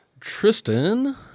Tristan